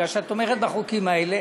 כי את תומכת בחוקים האלה.